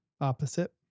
opposite